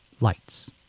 lights